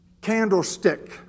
candlestick